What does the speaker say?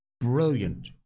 Brilliant